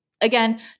Again